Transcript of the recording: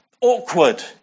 awkward